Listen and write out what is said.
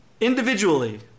Individually